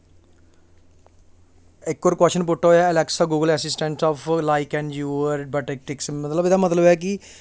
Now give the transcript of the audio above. इक होर question put होया Alexa Google assistant off like and your what it's एह्दा मतलब ऐ कि